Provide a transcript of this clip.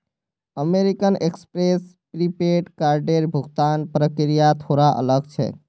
American Express prepaid कार्डेर भुगतान प्रक्रिया थोरा अलग छेक